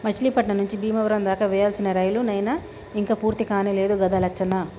మచిలీపట్నం నుంచి బీమవరం దాకా వేయాల్సిన రైలు నైన ఇంక పూర్తికానే లేదు గదా లచ్చన్న